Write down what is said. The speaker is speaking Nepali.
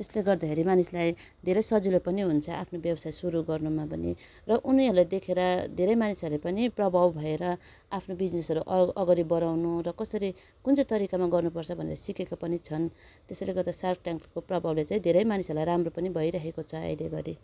त्यसले गर्दाखेरि मानिसलाई धेरै सजिलो पनि हुन्छ आफ्नो व्यवसाय सुरु गर्नुमा पनि र उनीहरूलाई देखेर धेरै मानिसहरू पनि प्रभाव भएर आफ्नो बिजनेसहरू अग् अगाडि बढाउनु र कसरी कुन चाहिँ तरिकामा गर्नुपर्छ भनेर सिकेको पनि छन् त्यसैले गर्दा सार्क ट्याङ्कको प्रभावले चाहिँ धेरै मानिसहरूलाई राम्रो पनि भइराखेको छ अहिलेघरि